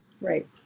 Right